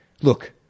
Look